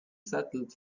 settled